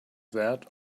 that